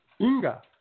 Inga